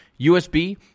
USB